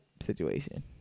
situation